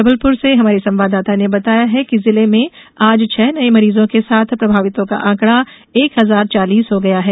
जबलपुर से हमारी संवाददाता ने बताया है कि जिले में आज छह नये मरीजों के साथ प्रभावितों का आंकड़ा एक हजार चालीस हो गया है